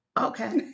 Okay